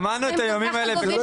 שמענו, שמענו את האיומים האלה כבר.